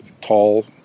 tall